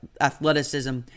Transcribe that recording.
athleticism